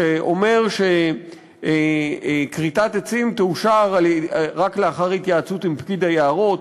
שאומר שכריתת עצים תאושר רק לאחר התייעצות עם פקיד היערות,